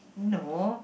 no